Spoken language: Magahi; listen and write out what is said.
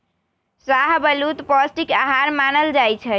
शाहबलूत पौस्टिक अहार मानल जाइ छइ